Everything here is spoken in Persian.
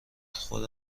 خود